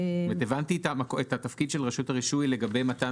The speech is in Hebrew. הבנתי את התפקיד של רשות הרישוי לגבי מתן